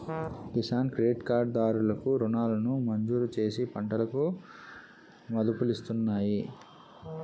Kisan credit card దారులు కు రుణాలను మంజూరుచేసి పంటలకు మదుపులిస్తున్నాయి